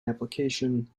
application